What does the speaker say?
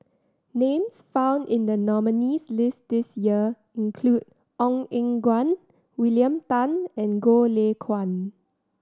names found in the nominees list this year include Ong Eng Guan William Tan and Goh Lay Kuan